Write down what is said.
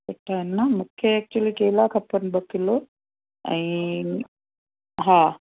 सुठा आहिनि न मूंखे एक्चुली केला खपनि ॿ किलो ऐं हा